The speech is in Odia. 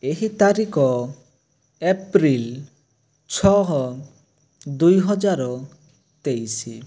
ଏହି ତାରିକ ଏପ୍ରିଲ ଛଅ ଦୁଇ ହଜାର ତେଇଶି